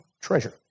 treasure